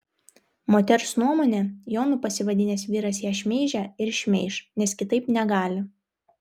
moters nuomone jonu pasivadinęs vyras ją šmeižė ir šmeiš nes kitaip negali